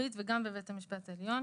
רוחבית וגם בבית המשפט העליון.